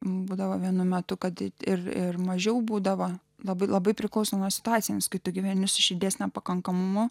būdavo vienu metu kad ir mažiau būdavo labai labai priklauso nuo situacijoms kai tu gyveni su širdies nepakankamumu